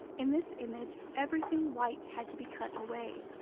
in this image, everything white had to be cut away,